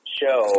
show